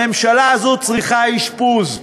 הממשלה הזאת צריכה אשפוז,